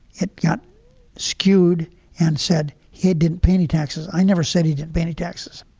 it got skewed and said he didn't pay any taxes. i never said he didn't banish taxes.